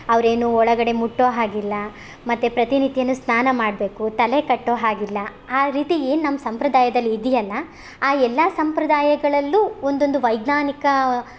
ಅವ್ರು ಏನೂ ಒಳಗಡೆ ಮುಟ್ಟೊ ಹಾಗಿಲ್ಲ ಮತ್ತು ಪ್ರತಿನಿತ್ಯನೂ ಸ್ನಾನ ಮಾಡಬೇಕು ತಲೆ ಕಟ್ಟೊ ಹಾಗಿಲ್ಲ ಆ ರೀತಿ ಏನು ನಮ್ಮ ಸಂಪ್ರದಾಯದಲ್ಲಿ ಇದೆಯಲ್ಲ ಆ ಎಲ್ಲ ಸಂಪ್ರದಾಯಗಳಲ್ಲೂ ಒಂದೊಂದು ವೈಜ್ಞಾನಿಕ